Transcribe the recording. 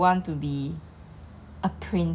I guess like end of the day if I can